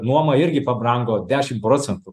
nuoma irgi pabrango dešim procentų